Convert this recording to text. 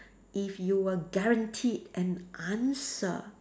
if you were guaranteed an answer